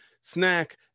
snack